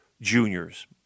juniors